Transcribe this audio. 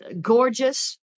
gorgeous